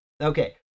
Okay